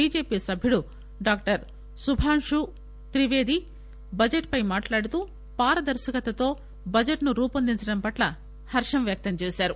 BJP సభ్యుడు doctor Subhanshu Trivedi budget పై మాట్లాడుతూ పారదర్శకతతో బడ్జెట్ ను రూపొందించడం పట్ల హర్వం వ్యక్తం చేశారు